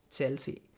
Chelsea